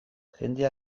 jende